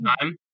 time